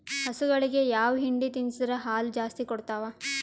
ಹಸುಗಳಿಗೆ ಯಾವ ಹಿಂಡಿ ತಿನ್ಸಿದರ ಹಾಲು ಜಾಸ್ತಿ ಕೊಡತಾವಾ?